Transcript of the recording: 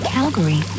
Calgary